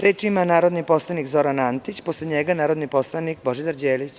Reč ima narodni poslanik Zoran Antić, posle njega narodni poslanik Božidar Đelić.